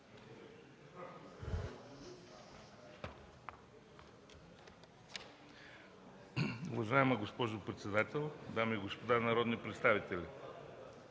Уважаема госпожо председател, дами и господа народни представители,